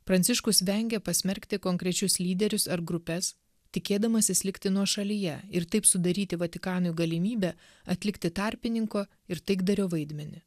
pranciškus vengė pasmerkti konkrečius lyderius ar grupes tikėdamasis likti nuošalyje ir taip sudaryti vatikanui galimybę atlikti tarpininko ir taikdario vaidmenį